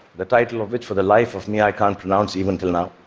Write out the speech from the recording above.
the title of which for the life of me i can't pronounce even until now.